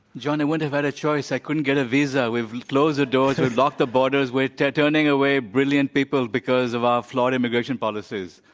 john, i wouldn't have had a choice. i couldn't get a visa. we will close the doors. we'd lock the borders. we're turning away brilliant people because of our flawed immigration policies.